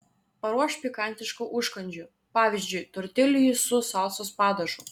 paruošk pikantiškų užkandžių pavyzdžiui tortiljų su salsos padažu